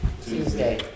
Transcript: Tuesday